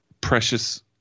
precious